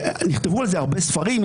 שנכתבו על זה הרבה ספרים.